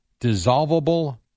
dissolvable